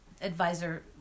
advisor